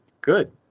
good